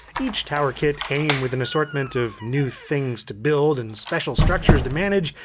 each towerkit came with an assortment of new things to build and special structures to manage,